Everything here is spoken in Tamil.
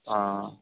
ஆ